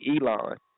Elon